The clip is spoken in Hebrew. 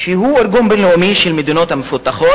הוא ארגון בין-לאומי של המדינות המפותחות